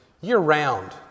year-round